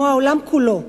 כמו העולם כולו,